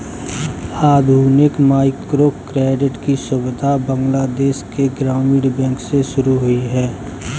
आधुनिक माइक्रोक्रेडिट की सुविधा बांग्लादेश के ग्रामीण बैंक से शुरू हुई है